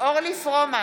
אורלי פרומן,